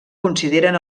consideren